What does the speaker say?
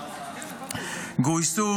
גויסו